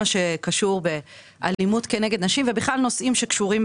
באמת יישאר אחרי הקיצוץ ומה המנגנון דרכו הוא יחולק.